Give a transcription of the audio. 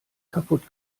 kaputt